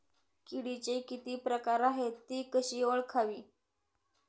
किडीचे किती प्रकार आहेत? ति कशी ओळखावी?